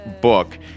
Book